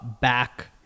back